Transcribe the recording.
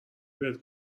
بهت